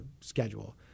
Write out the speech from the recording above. schedule